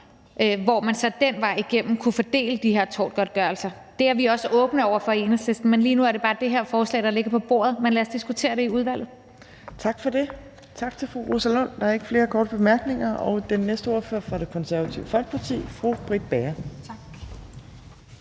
hvor man så den vej igennem kunne fordele de her tortgodtgørelser. Det er vi også åbne over for i Enhedslisten, men lige nu er det bare det her forslag, der ligger på bordet. Men lad os diskutere det i udvalget. Kl. 15:29 Tredje næstformand (Trine Torp): Tak for det. Tak til fru Rosa Lund. Der er ikke flere korte bemærkninger, og den næste ordfører er fra Det Konservative Folkeparti, fru Britt Bager. Kl.